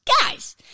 Guys